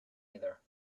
either